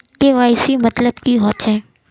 KYC मतलब की होचए?